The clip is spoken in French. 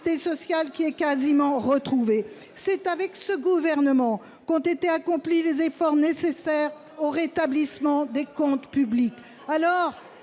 C'est sous ce gouvernement qu'ont été accomplis les efforts nécessaires au rétablissement des comptes publics